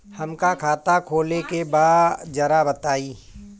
हमका खाता खोले के बा जरा बताई?